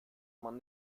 man